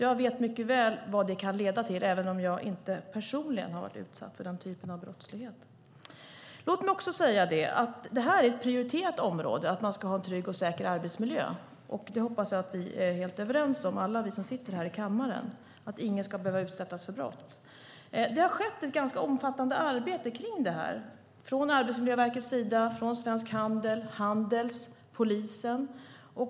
Jag vet mycket väl vad det kan leda till även om jag inte personligen har varit utsatt för den typen av brottslighet. Att människor ska ha en trygg och säker arbetsmiljö är ett prioriterat område. Jag hoppas att alla vi som sitter här i kammaren är överens om att ingen ska behöva utsättas för brott. Det har skett ett ganska omfattande arbete med detta från Arbetsmiljöverkets sida och från Svensk Handel, Handels och polisen.